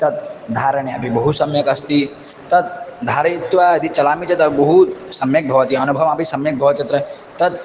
तत् धारणे अपि बहु सम्यक् अस्ति तत् धारयित्वा यदि चलामि चेत् बहु सम्यक् भवति अनुभवमपि सम्यक् भवति तत्र तत्